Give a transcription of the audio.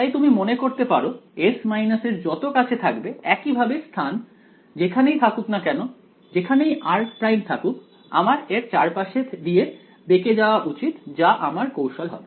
তাই তুমি মনে করতে পারো S এর যত কাছে থাকবে একইভাবে স্থান যেখানেই থাকুক না কেন যেখানেই r' থাকুক আমার এর চারি পাশ দিয়ে বেকে যাওয়া উচিত যা আমার কৌশল হবে